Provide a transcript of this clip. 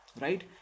right